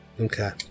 Okay